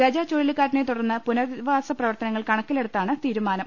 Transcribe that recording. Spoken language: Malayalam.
ഗജ ചുഴലിക്കാ റ്റിനെ തുടർന്ന് പുനരധിവാസ പ്രവർത്തനങ്ങൾ കണക്കിലെടുത്താണ് തീരുമാനം